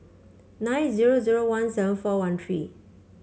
nine zero zero one seven four one three